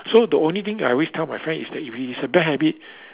so the only thing I always tell my friend is that if it is a bad habit